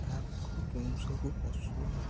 ତା' ପାଖରୁ କେଉଁ ସବୁ ପଶୁ